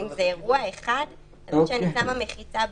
אם זה אירוע אחד, למרות שאני שמה מחיצה באמצע,